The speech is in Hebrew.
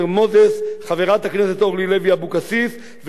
חברת הכנסת אורלי לוי אבקסיס וחבר הכנסת אורי מקלב.